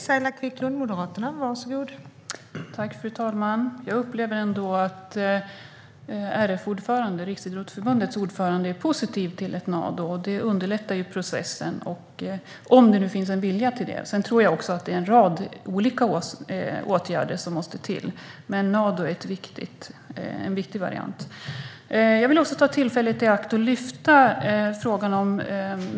Fru talman! Jag upplever ändå att Riksidrottsförbundets ordförande är positiv till Nado. Det skulle underlätta processen, om det nu finns en vilja till det. Jag tror också att en rad olika åtgärder måste till, men Nado är en viktig variant. Jag vill ta tillfället i akt och lyfta upp en fråga.